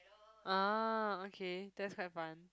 ah okay that's quite fun